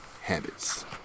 habits